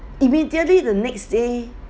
immediately the next day